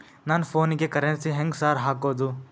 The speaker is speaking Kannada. ನನ್ ಫೋನಿಗೆ ಕರೆನ್ಸಿ ಹೆಂಗ್ ಸಾರ್ ಹಾಕೋದ್?